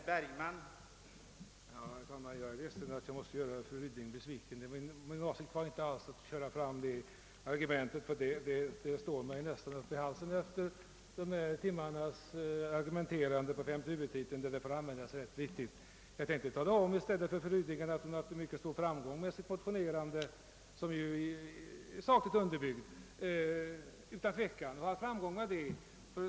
Herr talman! Jag är ledsen att jag måste göra fru Ryding besviken. Min avsikt var inte alls att köra fram det argumentet; det står mig nästan upp i halsen efter dessa timmars argumenterande om femte huvudtiteln där det får användas rätt flitigt. Jag tänkte i stället tala om för fru Ryding, att hon haft rätt stor framgång med sitt motionerande i detta ärende som utan tvekan varit sakligt underbyggt.